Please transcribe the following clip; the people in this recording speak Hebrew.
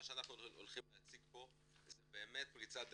מה שאנחנו עומדים להציג פה זה באמת פריצת דרך,